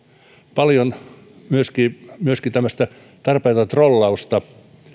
paljon myöskin myöskin tämmöistä tarpeetonta trollausta